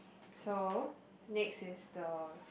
so next is the